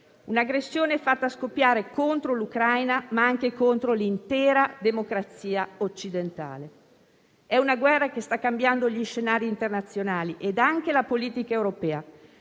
un'aggressione fatta scoppiare contro l'Ucraina, ma anche contro l'intera democrazia occidentale. È una guerra che sta cambiando gli scenari internazionali e anche la politica europea.